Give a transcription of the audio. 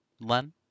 Len